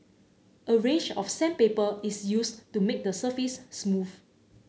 a range of sandpaper is used to make the surface smooth